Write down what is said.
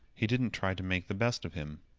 he didn't try to make the best of him.